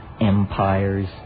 empires